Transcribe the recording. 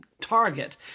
target